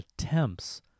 attempts